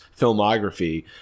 filmography